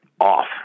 off